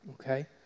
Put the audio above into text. okay